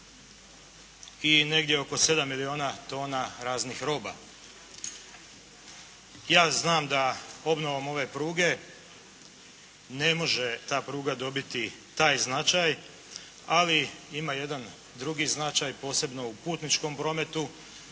i negdje oko 7 milijuna tona raznih roba. Ja znam da obnovom ove pruge ne može ta pruga dobiti taj značaj, ali ima jedan drugi značaj, posebno u putničkom prometu